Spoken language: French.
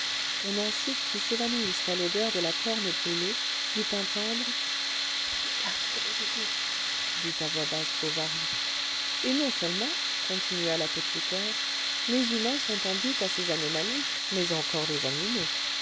on en cite qui s'évanouissent à l'odeur de la corne brûlée du pain tendre prenez garde de l'éveiller dit à voix basse bovary et non seulement continua l'apothicaire les humains sont en butte à ces anomalies mais encore les animaux